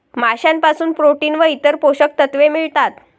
माशांपासून प्रोटीन व इतर पोषक तत्वे मिळतात